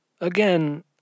Again